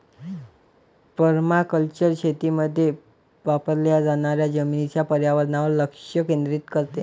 permaculture शेतीमध्ये वापरल्या जाणाऱ्या जमिनीच्या पर्यावरणावर लक्ष केंद्रित करते